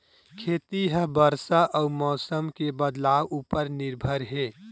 खेती हा बरसा अउ मौसम के बदलाव उपर निर्भर हे